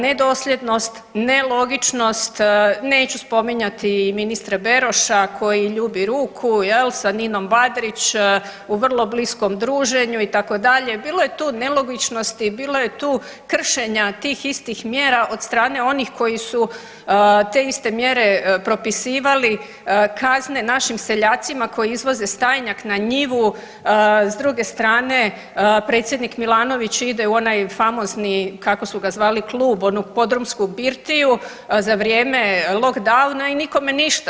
Nedosljednost, nelogičnost, neću spominjati i ministra Beroša koji ljubi ruku jel sa Ninom Badrić u vrlo bliskom druženju itd., bilo je tu nelogičnosti, bilo je tu kršenja tih istih mjera od strane onih koji su te iste mjere propisivali, kazne našim seljacima koji izvoze stajinjak na njivu, s druge strane predsjednik Milanović ide u onaj famozni kako su ga zvali klub, onu podrumsku birtiju za vrijeme lockdowna i nikome ništa.